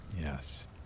Yes